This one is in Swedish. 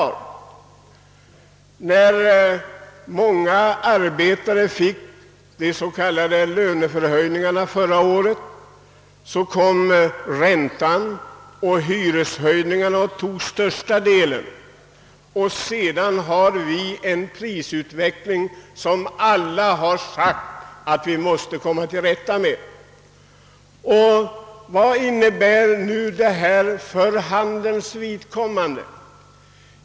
När många arbetare fick de s.k. löneförhöjningarna förra året kom räntan och hyreshöjningarna och tog största delen. Vi har nu en prisutveckling som alla har sagt att vi måste komma till rätta med. Vad innebär nu investeringsavgiften för handelns vidkommande?